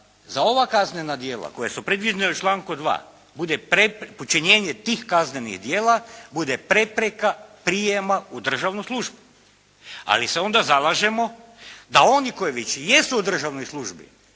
za ova kaznena djela koja su predviđena člankom 2. počinjenje tih kaznenih djela, bude prepreka prijema u državnu službu. Ali se onda zalažemo da oni koji već jesu u državnoj službi